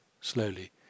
slowly